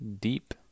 deep